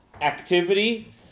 activity